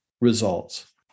results